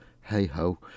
hey-ho